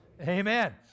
Amen